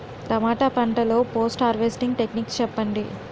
టమాటా పంట లొ post harvesting techniques చెప్పండి?